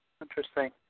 Interesting